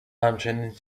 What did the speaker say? همچنین